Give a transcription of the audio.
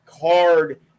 card